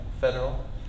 federal